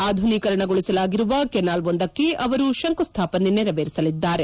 ಆಧುನೀಕರಣಗೊಳಿಸಲಾಗಿರುವ ಕೆನಾಲ್ವೊಂದಕ್ಕೆ ಅವರು ಶಂಕುಸ್ಥಾಪನೆ ನೆರವೇರಿಸಲಿದ್ದಾರೆ